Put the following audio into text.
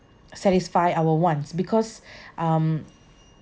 satisfy our wants because um